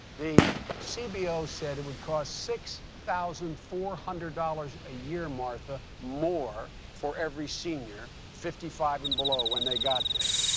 the cbo said it would cost six thousand four hundred dollars a year, martha, more for every senior fifty five and below when they got there.